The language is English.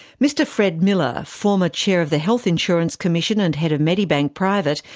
mr fred millar, former chair of the health insurance commission and head of medibank private,